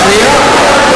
שנייה.